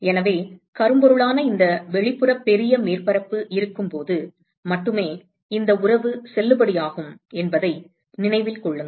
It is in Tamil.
எனவே கரும்பொருளான இந்த வெளிப்புறப் பெரிய மேற்பரப்பு இருக்கும்போது மட்டுமே இந்த உறவு செல்லுபடியாகும் என்பதை நினைவில் கொள்ளுங்கள்